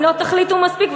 אם לא תחליטו מספיק,